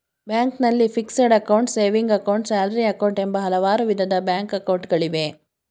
ಬ್ಯಾಂಕ್ನಲ್ಲಿ fixed account, saving account, salary account, ಎಂಬ ಹಲವಾರು ವಿಧದ ಬ್ಯಾಂಕ್ ಅಕೌಂಟ್ ಗಳಿವೆ